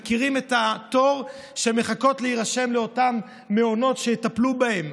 מכירים את התור שהן מחכות בו לאותם מעונות שיטפלו בהן.